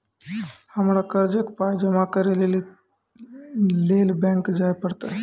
हमरा कर्जक पाय जमा करै लेली लेल बैंक जाए परतै?